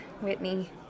Whitney